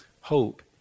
hope